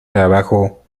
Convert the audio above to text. trabajo